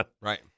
Right